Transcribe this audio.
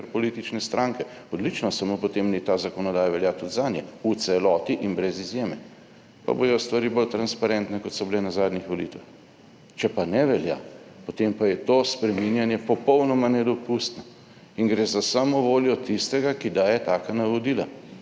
kar politične stranke. Odlično, samo potem naj ta zakonodaja velja tudi zanje v celoti in brez izjeme, pa bodo stvari bolj transparentne, kot so bile na zadnjih volitvah. Če pa ne velja, potem pa je to spreminjanje popolnoma nedopustno in gre za samovoljo tistega, ki daje taka navodila.